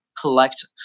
collect